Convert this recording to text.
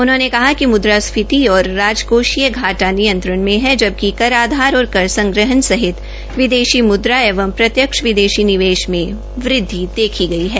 उन्होंने कहा कि मुद्रास्फीति और राजकोषीय घाटा नियंत्रण मे है जबकि कर आधार और कर संग्रहण सहित विदेशी मुद्रा एवं प्रत्यक्ष निवेश में वृद्वि देखी गई है